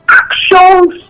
actions